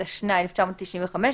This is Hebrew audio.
התשנ"ה-1995,